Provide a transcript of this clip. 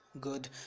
good